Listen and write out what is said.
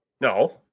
no